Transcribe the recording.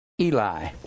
Eli